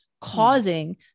causing